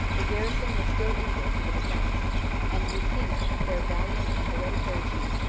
the garrison was still equal to the defence and youkinna, their valiant and hereditary chief,